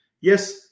Yes